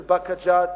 של באקה ג'ת,